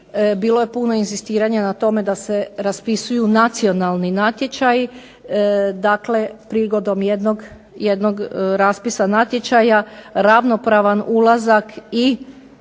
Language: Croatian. Bilo je puno inzistiranja na tome da se raspisuju nacionalni natječaji dakle prigodom jednog raspisanog natječaja ravnopravan ulazak i